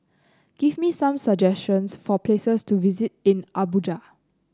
give me some suggestions for places to visit in Abuja